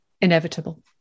inevitable